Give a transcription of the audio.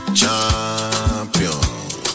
champion